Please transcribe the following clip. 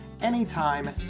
anytime